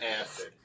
acid